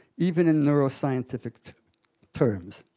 even in neuroscientific terms.